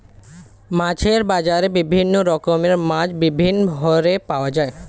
মাছের বাজারে বিভিন্ন রকমের মাছ বিভিন্ন হারে পাওয়া যায়